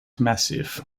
massif